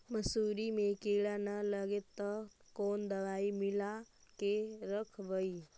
मसुरी मे किड़ा न लगे ल कोन दवाई मिला के रखबई?